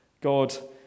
God